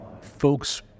folks